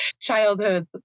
childhood